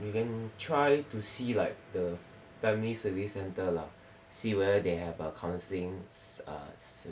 you can try to see like the family service centre lah see where they have a counselling err